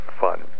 fun